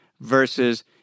versus